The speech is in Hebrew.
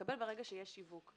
מתקבל ברגע שיש שיווק,